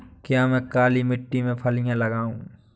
क्या मैं काली मिट्टी में फलियां लगाऊँ?